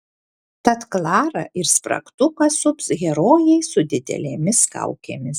tad klarą ir spragtuką sups herojai su didelėmis kaukėmis